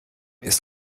ist